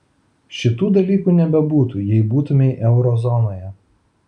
šitų dalykų nebebūtų jeigu būtumei euro zonoje